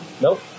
Nope